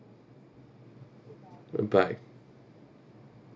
bye bye